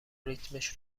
ریتمش